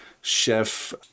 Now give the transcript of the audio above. chef